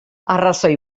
arrazoi